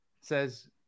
says